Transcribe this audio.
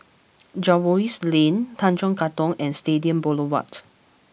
Jervois Lane Tanjong Katong and Stadium Boulevard